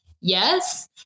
yes